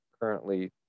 currently